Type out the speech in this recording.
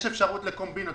יש אפשרות לקומבינות.